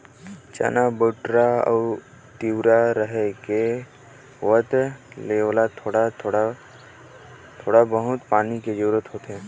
चना, बउटरा, तिंवरा, रहेर के होवत ले ओला थोड़ा बहुत पानी के जरूरत होथे